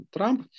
Trump